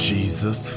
Jesus